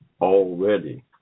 already